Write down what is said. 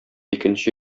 икенче